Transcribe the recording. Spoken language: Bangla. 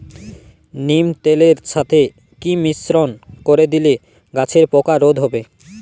নিম তেলের সাথে কি মিশ্রণ করে দিলে গাছের পোকা রোধ হবে?